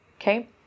okay